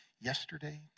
yesterday